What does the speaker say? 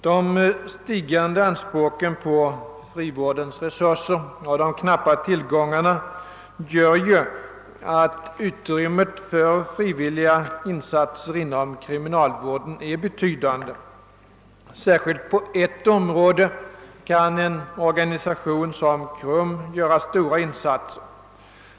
De stigande anspråken på frivårdens resurser och de knappa tillgångarna gör att utrymmet för frivilliga insatser inom kriminalvården är betydande. Det är särskilt på ett område som en organisation av KRUM:s karaktär kan göra stora insatser.